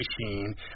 machine